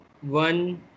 one